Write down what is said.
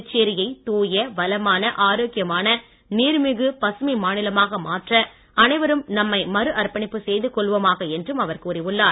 புதுச்சேரியை தூய வளமான ஆரோக்கியமான நீர்மிகு பசுமை மாநிலமாக மாற்ற அனைவரும் நம்மை மறு அர்ப்பணிப்பு செய்துகொள்வோமாக என்றும் அவர் கூறியுள்ளார்